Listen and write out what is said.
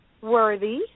worthy